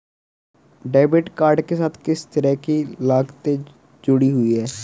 Debit card के साथ किस तरह की लागतें जुड़ी हुई हैं?